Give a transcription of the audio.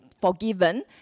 forgiven